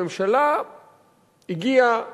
הממשלה הגיעה